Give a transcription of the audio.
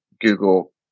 Google